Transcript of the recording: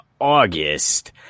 August